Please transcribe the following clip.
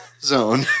zone